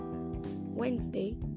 Wednesday